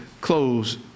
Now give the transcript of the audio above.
close